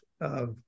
of-